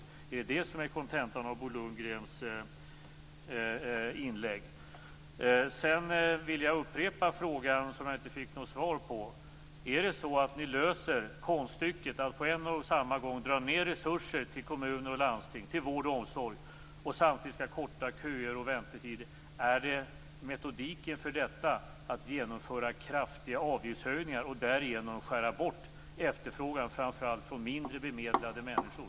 Är det detta som är kontentan av Bo Lundgrens inlägg? Sedan vill jag upprepa frågan som jag inte fick något svar på: Är det så att ni löser konststycket att på en och samma gång dra ned resurser till vård och omsorg i kommuner och landsting och korta köer och väntetider genom att genomföra kraftiga avgiftshöjningar och därigenom skära bort efterfrågan från framför allt mindre bemedlade människor?